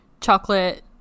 chocolate